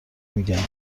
میگن